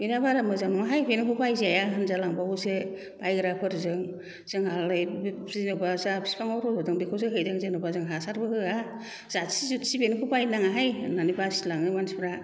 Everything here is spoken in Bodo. बेना बारा मोजां नङाहाय बेनिखौ बायजाया होनजालांबावयोसो बायग्राफोरजों जोंहालाय बे फ्रियावबा जा बिफाङाव रज'दों बेखौसो हैदों जेन'बा जों हासारबो होया जाथि जुथि बेनिखौ बायनाङाहाय होननानै बासिलाङो मानसिफ्रा